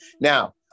Now